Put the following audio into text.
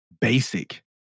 basic